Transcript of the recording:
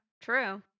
true